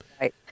Right